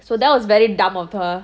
so that was very dumb of her